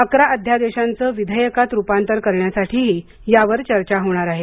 अकरा अध्यादेशांचं विधेयकात रुपांतर करण्यासाठीही यावर चर्चा होणार आहे